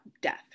death